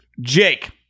Jake